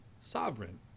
sovereign